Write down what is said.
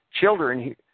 children